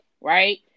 right